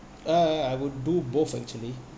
uh I would do both actually